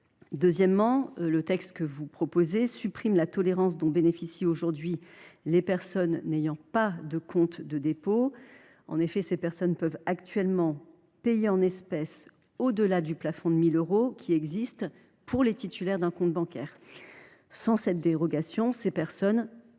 Deuxièmement, le texte vise à supprimer la tolérance dont bénéficient aujourd’hui les personnes n’ayant pas de compte de dépôt. En effet, celles ci peuvent actuellement payer en espèces au delà du plafond de 1 000 euros prévu pour les titulaires d’un compte bancaire. Sans cette dérogation, lesdites personnes, souvent